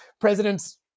presidents